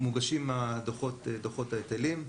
מוגשים דוחות ההיטלים.